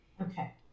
Okay